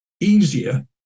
easier